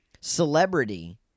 Celebrity